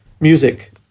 music